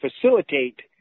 facilitate